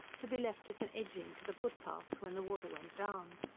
to be left as an edging to the footpaths when the water went down.